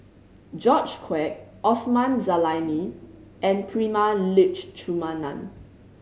George Quek Osman Zailani and Prema Letchumanan